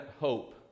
hope